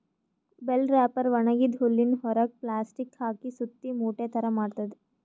bell wrapper ಒಣಗಿದ್ದ್ ಹುಲ್ಲಿನ್ ಹೊರೆಗ್ ಪ್ಲಾಸ್ಟಿಕ್ ಹಾಕಿ ಸುತ್ತಿ ಮೂಟೆ ಥರಾ ಮಾಡ್ತದ್